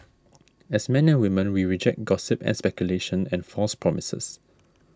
as men and women we reject gossip and speculation and false promises